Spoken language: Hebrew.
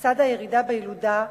לצד הירידה בילודה,